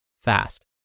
fast